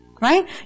Right